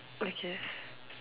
okay